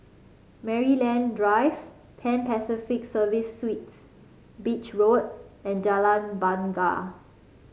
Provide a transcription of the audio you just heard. Maryland Drive Pan Pacific Serviced Suites Beach Road and Jalan Bungar